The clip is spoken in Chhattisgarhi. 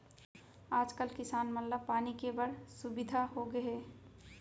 आज कल किसान मन ला पानी के बड़ सुबिधा होगे हे